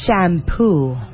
Shampoo